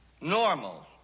normal